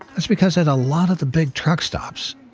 that's because at a lot of the big truck stops,